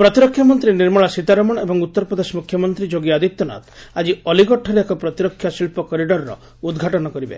ପ୍ରତିରକ୍ଷା ମନ୍ତ୍ରୀ ନିର୍ମଳା ସୀତାରମଣ ଏବଂ ଉତ୍ତରପ୍ରଦେଶ ମୁଖ୍ୟମନ୍ତ୍ରୀ ଯୋଗୀ ଆଦିତ୍ୟନାଥ ଆଜି ଅଲିଗଡଠାରେ ଏକ ପ୍ରତିରକ୍ଷା ଶିଳ୍ପ କରିଡରର ଉଦ୍ଘାଟନ କରିବେ